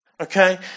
Okay